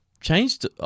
Changed